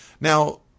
Now